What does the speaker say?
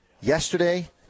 yesterday